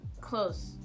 Close